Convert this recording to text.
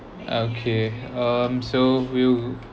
okay um so will